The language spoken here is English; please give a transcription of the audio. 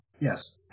Yes